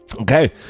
Okay